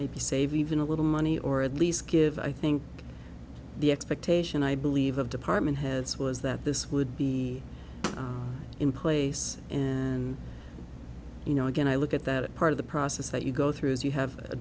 ybe save even a little money or at least give i think the expectation i believe of department heads was that this would be in place and you know again i look at that part of the process that you go through as you have a